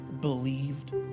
believed